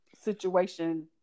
situation